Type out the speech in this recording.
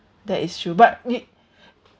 that is true but ni~